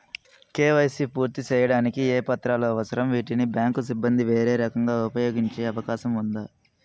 KYC పూర్తి సేయడానికి ఏ పత్రాలు అవసరం, వీటిని బ్యాంకు సిబ్బంది వేరే రకంగా ఉపయోగించే అవకాశం ఉందా?